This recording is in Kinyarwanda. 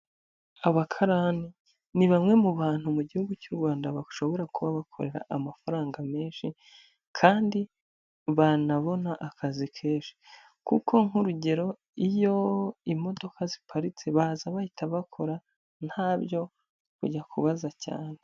Abakarani ni bamwe mu bantu mu gihugu cy'u Rwanda bashobora kuba bakorera amafaranga menshi kandi banabona akazi kenshi kuko nk'urugero iyo imodoka ziparitse, baza bahita bakora ntabyo kujya kubaza cyane.